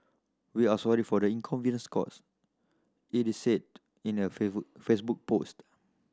we are sorry for the inconvenience caused it is said in a Facebook post